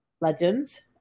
legends